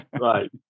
Right